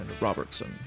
Robertson